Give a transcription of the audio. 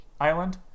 island